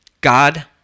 God